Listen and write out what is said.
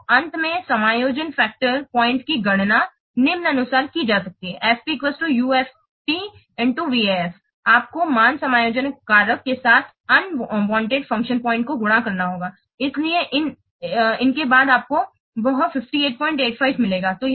तो अंत में समायोजित फ़ंक्शन पॉइंट की गणना निम्नानुसार की जा सकती है FPUFP VAF आपको मान समायोजन कारक के साथ अनवांटेड फ़ंक्शन पॉइंट को गुणा करना होगा इसलिए इन के बाद आपको वह 5885 मिलेगा